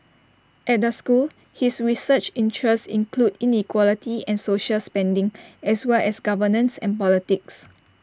at the school his research interests include inequality and social spending as well as governance and politics